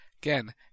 Again